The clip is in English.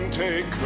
take